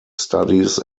studies